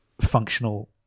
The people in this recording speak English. functional